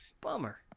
bummer